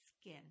skin